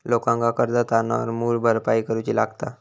लोकांका कर्ज तारणावर मूळ भरपाई करूची लागता